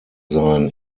sein